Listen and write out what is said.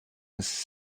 his